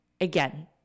again